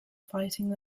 fighting